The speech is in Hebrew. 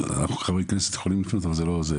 וחברי הכנסת יכולים לפנות אבל זה לא עוזר,